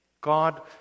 God